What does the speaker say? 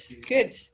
good